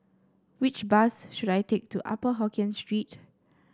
which bus should I take to Upper Hokkien Street